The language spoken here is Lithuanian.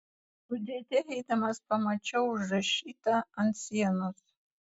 su dėde eidamas pamačiau užrašytą ant sienos